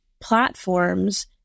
platforms